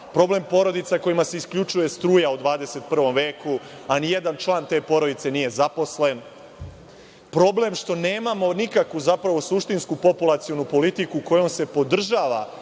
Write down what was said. problemporodica kojima se isključuje struja u 21. veku, a nijedan član te porodice nije zaposlen, problem što nemamo nikakvu suštinsku populacionu politiku kojom se podržava